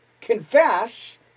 confess